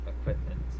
equipment